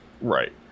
Right